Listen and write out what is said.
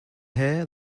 hair